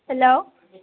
hello